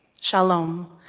shalom